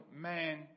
man